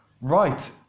Right